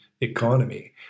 economy